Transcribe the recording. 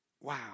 Wow